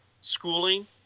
schooling